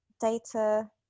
data